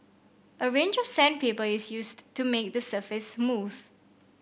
a range of sandpaper is used to make the surface smooth